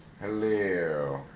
Hello